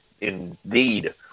indeed